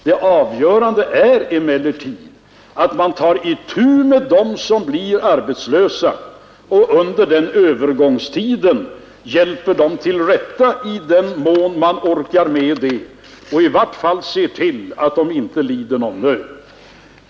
Det avgörande är emellertid att man tar itu med dem som blir arbetslösa och under den övergångstiden hjälper dem till rätta i den mån man orkar med det och i vart fall ser till att de inte lider någon nöd.